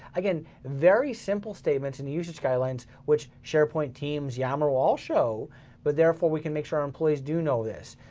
again, very simple statements in the usage guidelines which sharepoint, teams, yammer all show but therefore we can make sure our employees do know this.